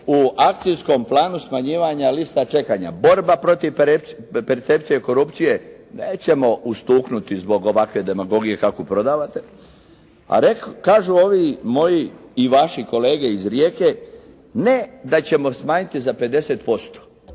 U akcijskom planu smanjivanja lista čekanja, borba protiv percepcije korupcije, nećemo ustuknuti zbog ovakve demagogije kakvu prodavate. A kažu ovi moji i vaši kolege iz Rijeke: «Ne da ćemo smanjiti za 50%